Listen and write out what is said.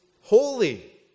holy